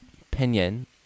opinion